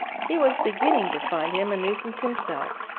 he was beginning to find him a nuisance himself,